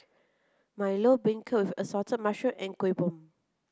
Milo Beancurd Assorted and Kuih Bom